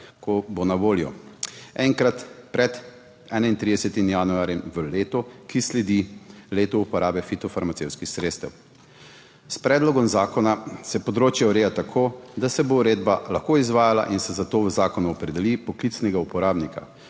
ko bo na voljo, enkrat pred 31. januarjem v letu, ki sledi letu uporabe fitofarmacevtskih sredstev. S predlogom zakona se področje ureja tako, da se bo uredba lahko izvajala in se zato v zakonu opredeli poklicnega uporabnika,